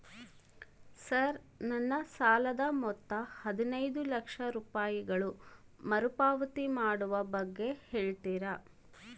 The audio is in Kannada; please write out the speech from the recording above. ಸರ್ ನನ್ನ ಸಾಲದ ಮೊತ್ತ ಹದಿನೈದು ಲಕ್ಷ ರೂಪಾಯಿಗಳು ಮರುಪಾವತಿ ಮಾಡುವ ಬಗ್ಗೆ ಹೇಳ್ತೇರಾ?